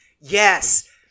Yes